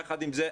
יחד עם זה,